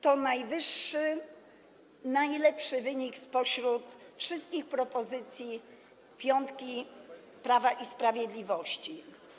To najwyższy, najlepszy wynik spośród wszystkich dotyczących propozycji „piątki” Prawa i Sprawiedliwości.